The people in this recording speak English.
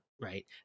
right